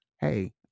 hey